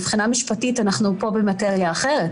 מבחינה משפטית אנחנו במטריה אחרת.